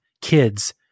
kids